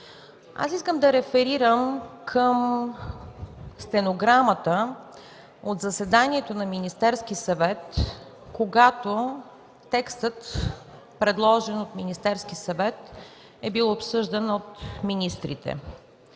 Аз искам да реферирам към стенограмата от заседанието на Министерския съвет, когато текст, предложен от Министерския съвет, бил обсъждан от министрите